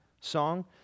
song